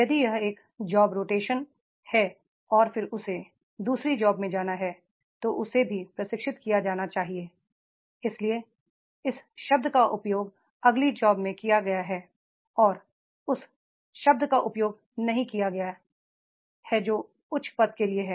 यदि यह एक जॉब रोटेशन है और फिर उसे दू सरी जॉब में जाना है तो उसे भी प्रशिक्षित किया जाना चाहिए इसीलिए इस शब्द का उपयोग अगली जॉब में किया गया है और उस शब्द का उपयोग नहीं किया गया है जो उच्च पद के लिए है